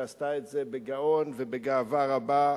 ועשתה את זה בגאון ובגאווה רבה,